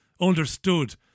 understood